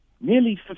nearly